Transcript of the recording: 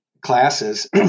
classes